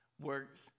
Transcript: works